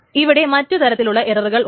ഇവിടെ മറ്റു തരത്തിലുള്ള എററുകളും ഉണ്ട്